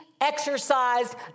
exercised